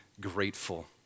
grateful